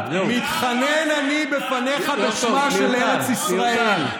מתחנן אני בפניך בשמה של ארץ ישראל,